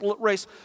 race